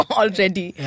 already